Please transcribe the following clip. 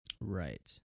Right